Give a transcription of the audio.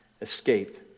escaped